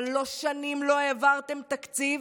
שלוש שנים לא העברתם תקציב,